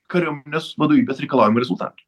kariuomenės vadovybės reikalaujama rezultatų